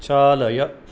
चालय